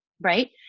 right